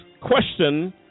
question